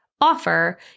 offer